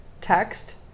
text